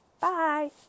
Bye